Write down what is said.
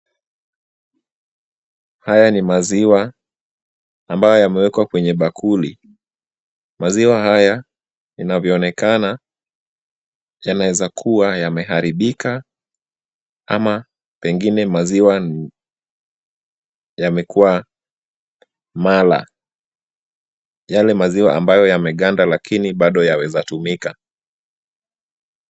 Haya ni maziwa ambayo yamewekwa kwenye bakuli. Maziwa haya inavyo onekana, yanaweza kuwa yameharibika ama pengine maziwa yamekuwa mala. Yale maziwa ambayo yameganda lakini bado yawezatumika.